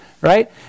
right